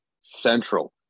Central